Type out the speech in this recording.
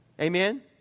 Amen